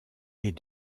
est